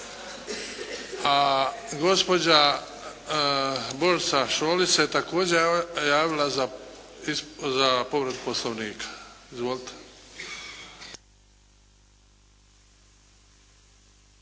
A gospođa Božica Šolić se također javila za povredu poslovnika. Izvolite.